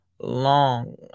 long